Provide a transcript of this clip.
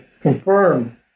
confirm